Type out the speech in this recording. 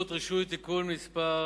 (רישוי) (תיקון מס'